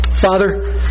Father